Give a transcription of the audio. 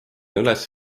üles